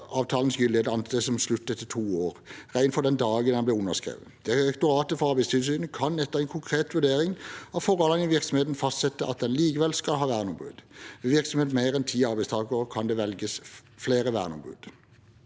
avtalens gyldighet, anses den som sluttet for 2 år, regnet fra den dagen den ble underskrevet. Direktoratet for arbeidstilsynet kan, etter en konkret vurdering av forholdene i virksomheten, fastsette at den likevel skal ha verneombud. Ved virksomhet med mer enn 10 arbeidstakere kan det velges flere verneombud.»